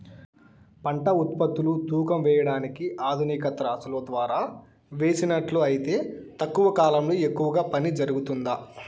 పంట ఉత్పత్తులు తూకం వేయడానికి ఆధునిక త్రాసులో ద్వారా వేసినట్లు అయితే తక్కువ కాలంలో ఎక్కువగా పని జరుగుతుందా?